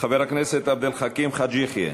חבר הכנסת עבד אל חכים חאג' יחיא,